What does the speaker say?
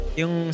yung